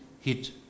hit